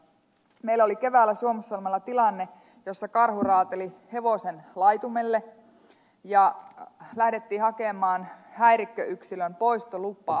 meillä oli keväällä suomussalmella tilanne jossa karhu raateli hevosen laitumelle ja lähdettiin hakemaan häirikköyksilön poistolupaa